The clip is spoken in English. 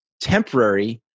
temporary